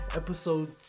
episode